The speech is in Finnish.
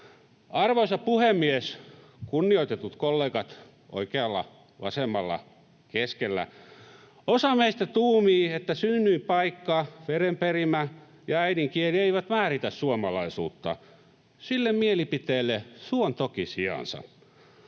Arvoisa puhemies! Kunnioitetut kollegat oikealla, vasemmalla ja keskellä! Osa meistä tuumii, että synnyinpaikka, verenperimä ja äidinkieli eivät määritä suomalaisuutta. Sille mielipiteelle suon toki sijansa.